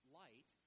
light